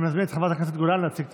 אני מזמין את חברת הכנסת גולן להציג את